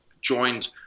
joined